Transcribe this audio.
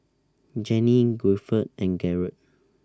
Jenny Guilford and Garold